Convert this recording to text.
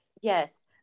Yes